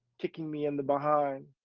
kicking me in the behind,